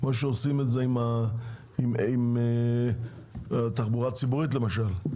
כפי שעושים עם התחבורה הציבורית למשל.